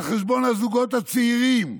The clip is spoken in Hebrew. על חשבון הזוגות הצעירים.